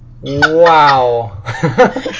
Wow